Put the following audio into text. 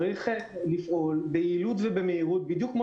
צריך לפעול ביעילות ובמהירות בדיוק כמו